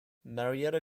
marietta